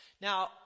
Now